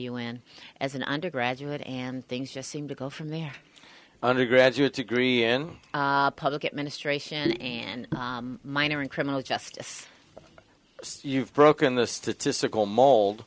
a in as an undergraduate and things just seem to go from there undergraduate degree in public administration and minor in criminal justice you've broken the statistical mold